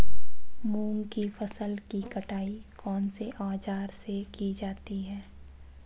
मूंग की फसल की कटाई कौनसे औज़ार से की जाती है?